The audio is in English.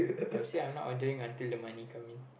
I said I'm not ordering until the money come in